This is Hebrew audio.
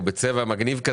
הוא בצבע מגניב,